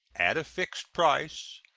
at a fixed price,